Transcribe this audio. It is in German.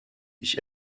ich